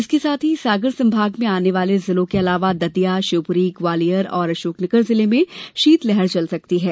इसके साथ ही सागर संभाग में आने वाले जिलों के अलावा दतिया शिवपुरी ग्वालियर और अशोकनगर जिले में शीतलहर चल सकती है